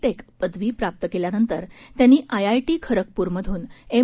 take पदवी प्राप्त केल्यानंतर त्यांनी आयआयटी खरगपूरमधून एम